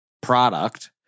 product